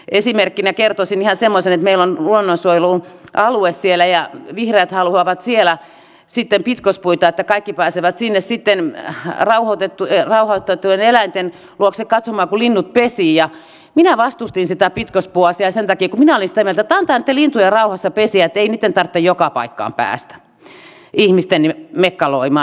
esimerkkinä kertoisin ihan semmoisen että meillä on luonnonsuojelualue siellä ja vihreät haluavat siellä sitten pitkospuita että kaikki pääsevät sitten sinne rauhoitettujen eläinten luokse katsomaan kun linnut pesivät ja minä vastustin sitä pitkospuuasiaa sen takia kun minä olin sitä mieltä että antaa niitten lintujen rauhassa pesiä että ei ihmisten tarvitse joka paikkaan päästä mekkaloimaan